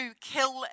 kill